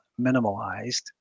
minimalized